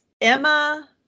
Emma